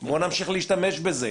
בואו נמשיך להשתמש בזה.